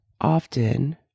often